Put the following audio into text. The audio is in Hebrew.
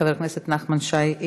חבר הכנסת נחמן שי,